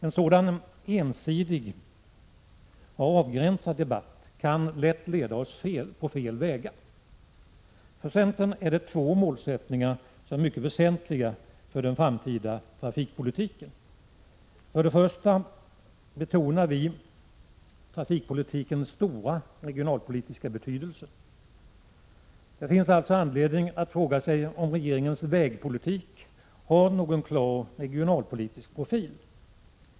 En sådan ensidig och avgränsad debatt kan lätt leda oss på fel vägar. För centern är det två målsättningar som är mycket väsentliga för den framtida trafikpolitiken. Först och främst betonar vi trafikpolitikens stora regionalpolitiska betydelse. Det finns alltså anledning att fråga sig om regeringens vägpolitik har någon regional profil.